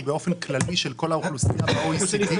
הוא באופן כללי של כל האוכלוסייה ב-OECD?